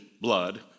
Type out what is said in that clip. blood